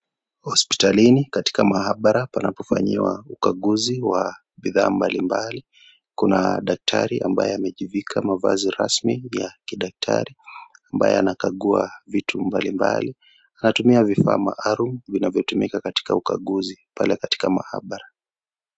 Hospitalini katika maabara panapofanyiwa ukaguzi wa bidhaa mbali mbali. Kuna daktari ambaye amejivika mavazi rasmi ya kidaktari ambaye anakagua vitu mbali mbali. Anatumia vifaa maalum vinavyotumika katika ukaguzi pale katika maabara.